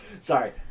sorry